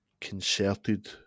concerted